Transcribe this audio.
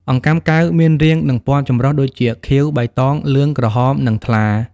អង្កាំកែវមានរាង និងពណ៌ចម្រុះដូចជា ខៀវ បៃតង លឿង ក្រហម និងថ្លា។